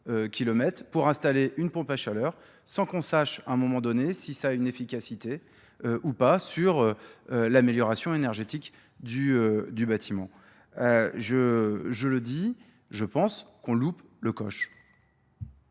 pour installer une pompe à chaleur, sans qu'on sache à un moment donné si ça a une efficacité ou pas sur l'amélioration énergétique du bâtiment. Je le dis, je pense qu'on loupe le coche.